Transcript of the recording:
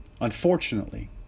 Unfortunately